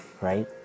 Right